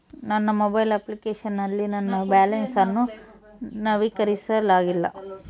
ನನ್ನ mobile application ನಲ್ಲಿ ನನ್ನ ಬ್ಯಾಲೆನ್ಸ್ ಅನ್ನು ನವೀಕರಿಸಲಾಗಿಲ್ಲ